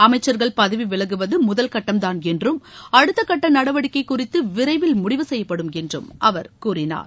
அமைச்சர்கள் பதவி விலகுவது முதல் கட்டம்தான் என்றும் அடுத்த கட்ட நடவடிக்கை குறித்து விரைவில் முடிவு செய்யப்படும் என்றும் அவர் கூறினார்